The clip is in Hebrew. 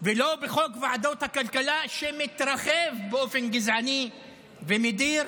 ולא בחוק ועדות הקבלה, שמתרחב באופן גזעני ומדיר,